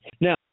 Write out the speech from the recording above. now